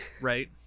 Right